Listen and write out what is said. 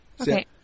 Okay